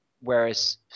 whereas